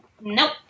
Nope